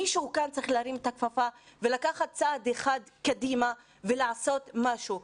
מישהו כאן צריך להרים את הכפפה ולקחת צעד אחד קדימה ולעשות משהו.